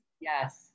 yes